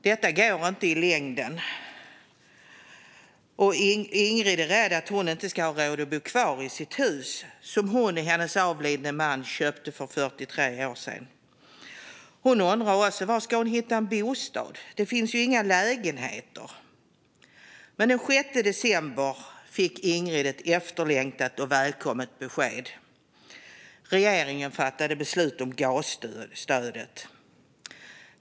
Detta går inte i längden, och Ingrid är rädd att hon inte ska ha råd att bo kvar i huset som hon och hennes nu avlidne man köpte för 43 år sedan. Hon undrar också var hon ska hitta en annan bostad, för det finns ju inga lägenheter. Den 6 december fick Ingrid ett efterlängtat och välkommet besked när regeringen fattade beslut om gasstödet.